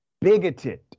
bigoted